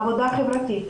עבודה חברתית,